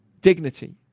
dignity